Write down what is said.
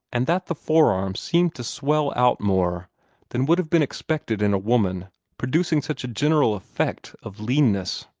and that the forearm seemed to swell out more than would have been expected in a woman producing such a general effect of leanness.